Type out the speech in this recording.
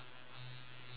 if you have what